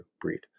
breed